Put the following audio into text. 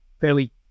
fairly